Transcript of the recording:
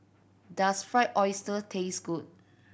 does Fried Oyster taste good